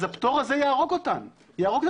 הפטור הזה יהרוג את התחרות.